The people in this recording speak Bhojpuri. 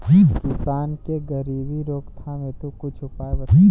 किसान के गरीबी रोकथाम हेतु कुछ उपाय बताई?